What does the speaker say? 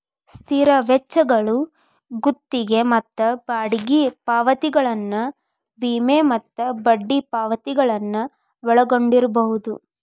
ಸ್ಥಿರ ವೆಚ್ಚಗಳು ಗುತ್ತಿಗಿ ಮತ್ತ ಬಾಡಿಗಿ ಪಾವತಿಗಳನ್ನ ವಿಮೆ ಮತ್ತ ಬಡ್ಡಿ ಪಾವತಿಗಳನ್ನ ಒಳಗೊಂಡಿರ್ಬಹುದು